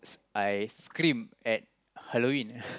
I screamed at Halloween